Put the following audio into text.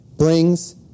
brings